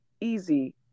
easy